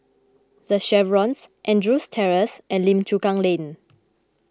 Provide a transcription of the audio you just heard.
the Chevrons Andrews Terrace and Lim Chu Kang Lane